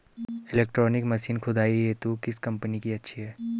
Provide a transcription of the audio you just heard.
Electronic machine खुदाई हेतु किस कंपनी की अच्छी है?